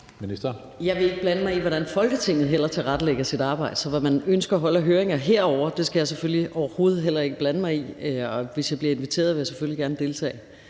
heller ikke blande mig i, hvordan Folketinget tilrettelægger sit arbejde. Så hvad man ønsker at holde af høringer her, skal jeg selvfølgelig overhovedet heller ikke blande mig i. Hvis jeg bliver inviteret, vil jeg selvfølgelig gerne deltage,